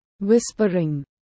Whispering